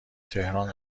تهران